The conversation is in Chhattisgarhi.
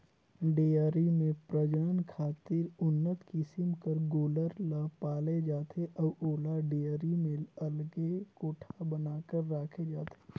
डेयरी में प्रजनन खातिर उन्नत किसम कर गोल्लर ल पाले जाथे अउ ओला डेयरी में अलगे कोठा बना कर राखे जाथे